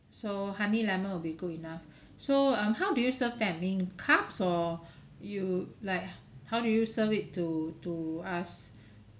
so honey lemon will be good enough so um how do you serve them in cups or you like how do you serve it to to us